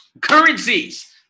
Currencies